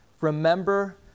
remember